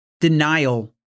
denial